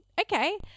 Okay